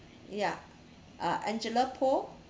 yeah uh angela Poh